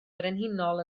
frenhinol